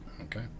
Okay